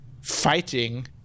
fighting